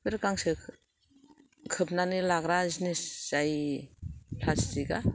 बेफोर गांसो खोबनानै लाग्रा जिनिस जाय प्लास्टिक आ